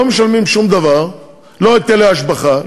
לא משלמים שום דבר: לא היטלי השבחה,